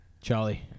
Charlie